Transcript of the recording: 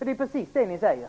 Det är precis det ni säger.